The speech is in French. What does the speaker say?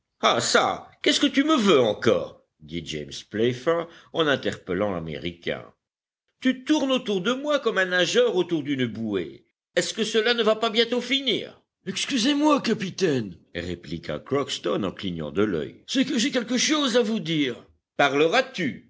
ah çà qu'est-ce que tu me veux encore dit james playfair en interpellant l'américain tu tournes autour de moi comme un nageur autour d'une bouée est-ce que cela ne va pas bientôt finir excusez-moi capitaine répliqua crockston en clignant de l'œil c'est que j'ai quelque chose à vous dire parleras-tu